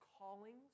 callings